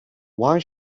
why